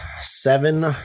seven